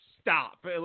stop